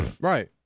Right